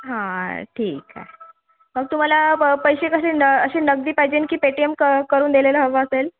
हं ठीक आहे मग तुम्हाला प पैसे कसे न असे नगदी पाहिजेन की पेटीएम क करून दिलेलं हवं असेल